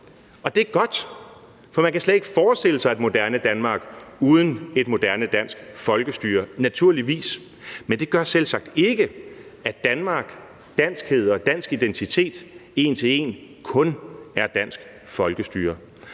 Og det er godt, for man kan slet ikke forestille sig et moderne Danmark uden et moderne dansk folkestyre, naturligvis. Men det gør selvsagt ikke, at Danmark, danskhed og dansk identitet en til en kun er dansk folkestyre.